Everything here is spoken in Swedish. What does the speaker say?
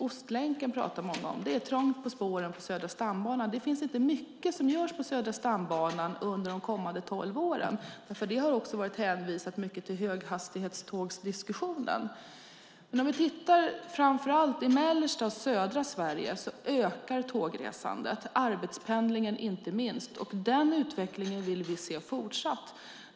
Man talar om Ostlänken. Det är trångt på spåren på Södra stambanan. Det finns inte mycket som görs på Södra stambanan under de kommande tolv åren. Det har mycket varit hänvisat till diskussionen om höghastighetståg. Om vi tittar framför allt i mellersta och södra Sverige ökar tågresandet och inte minst arbetspendlingen. Den utvecklingen vill vi se fortsatt.